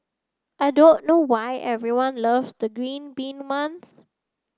I don't know why everyone loves the green bean month